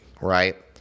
right